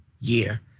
year